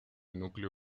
núcleo